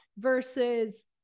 versus